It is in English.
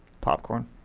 Popcorn